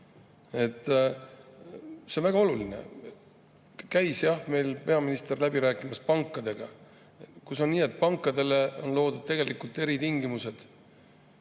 See on väga oluline. Käis jah meil peaminister läbi rääkimas pankadega. [Lepiti kokku] nii, et pankadele loodi tegelikult eritingimused.